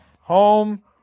home